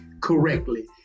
correctly